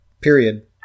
period